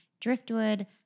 driftwood